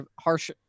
harsh